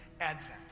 Advent